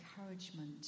encouragement